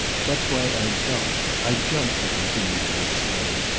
that's why i jumped. i jumped, he continued to explain,